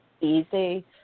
easy